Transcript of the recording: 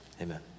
amen